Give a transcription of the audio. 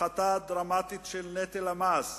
הפחתה דרמטית של נטל המס.